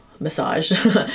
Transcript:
massage